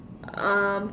um